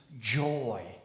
joy